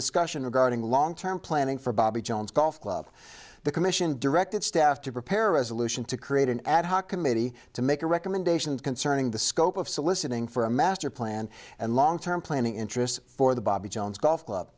discussion regarding long term planning for bobby jones golf club the commission directed staff to prepare a resolution to create an ad hoc committee to make a recommendation concerning the scope of soliciting for a master plan and long term planning interests for the bobby jones golf club